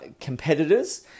competitors